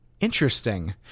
interesting